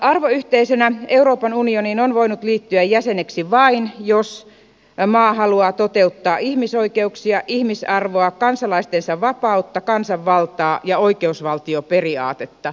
arvoyhteisönä euroopan unioniin on voinut liittyä jäseneksi vain jos maa haluaa toteuttaa ihmisoikeuksia ihmisarvoa kansalaistensa vapautta kansanvaltaa ja oikeusvaltioperiaatetta